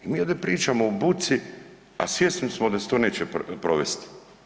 Mi ovdje pričamo o buci, a svjesni smo da se to neće provesti.